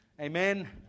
Amen